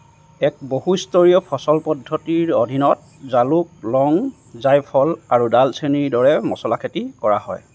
এক বহুস্তৰীয় ফচল পদ্ধতিৰ অধীনত জালুক লং জাইফল আৰু ডালচেনিৰ দৰে মচলা খেতি কৰা হয়